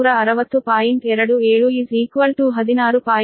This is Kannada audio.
27 16